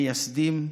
מייסדים: